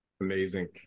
Amazing